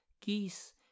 geese